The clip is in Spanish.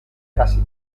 casi